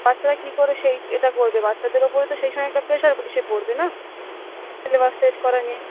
বাচ্চারা কী করে সেই এটা করবে বাচ্চাদের ওপরে তো সেই সমায় একটা প্রেসার এসে পড়বে না সিলেবাস শেষ করা নিয়ে